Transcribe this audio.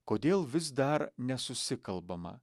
kodėl vis dar nesusikalbama